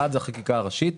אחד זאת החקיקה הראשית